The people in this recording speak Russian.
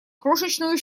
крошечную